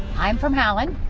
i'm from highland.